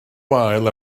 wael